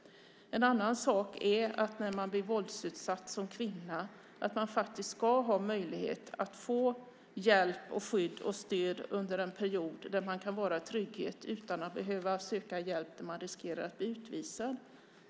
En annan sak är att man när man blir våldsutsatt som kvinna ska ha möjlighet att få hjälp, skydd och stöd under en period där man kan vara i trygghet utan att behöva söka hjälp där man riskerar att bli utvisad.